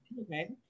okay